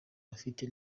bafite